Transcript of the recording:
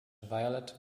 violet